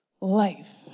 life